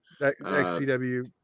XPW